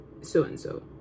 so-and-so